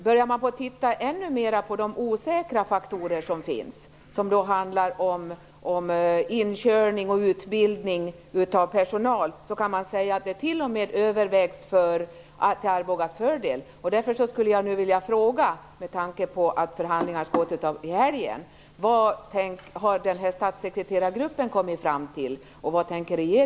Titta man ännu mer på de osäkra faktorerna, t.ex. inkörning och utbildning av personal, kan man säga att det t.o.m. väger över till Arbogas fördel.